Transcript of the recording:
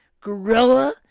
gorilla